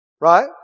Right